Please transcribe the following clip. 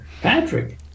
Patrick